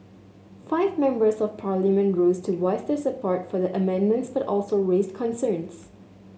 five Members of Parliament rose to voice their support for the amendments but also raised concerns